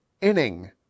inning